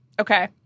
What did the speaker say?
Okay